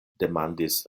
demandis